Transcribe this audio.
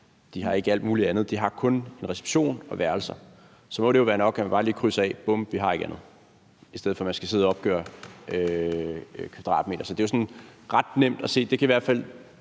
De har ikke alt muligt andet. De har kun en reception og værelser. Så må det jo være nok, at man bare lige krydser af, at man har ikke andet, i stedet for at man skal sidde og opgøre kvadratmeter. Så det er sådan ret nemt at se. Det kan i hvert fald